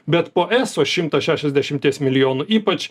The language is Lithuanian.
bet po eso šimto šešiasdešimties milijonų ypač